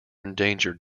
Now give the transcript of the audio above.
endangered